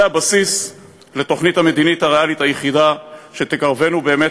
זה הבסיס לתוכנית המדינית הריאלית היחידה שתקרבנו באמת